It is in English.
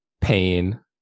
pain